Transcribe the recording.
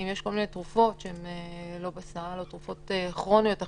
אם יש כל מיני תרופות שהן לא בסל או תרופות כרוניות אחרות,